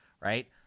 right